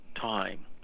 time